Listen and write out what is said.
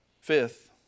Fifth